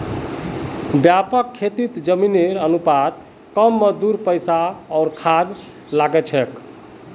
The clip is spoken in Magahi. व्यापक खेतीत जमीनेर अनुपात कम मजदूर पैसा आर खाद लाग छेक